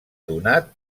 donat